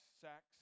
sex